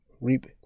reap